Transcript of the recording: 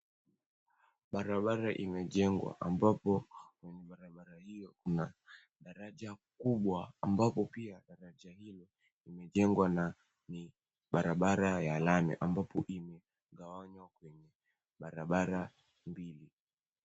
Barabara imejengwa ambapo kwenye barabara hiyo kuna daraja kubwa ambapo pia daraja hilo limejengwa na ni barabara ya lami ambapo imegawanywa kwenye barabara mbili.